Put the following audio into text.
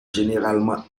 généralement